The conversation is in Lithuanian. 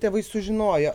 tėvai sužinojo